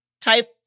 type